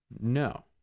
no